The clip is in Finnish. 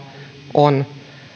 on